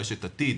רשת עתיד,